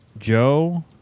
Joe